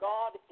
God